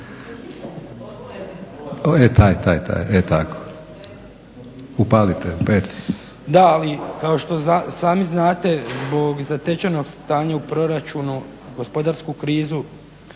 međutim kao što sami znate zbog zatečenog stanja u proračunu, gospodarsku krizu